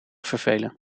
vervelen